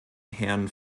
herrn